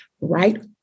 right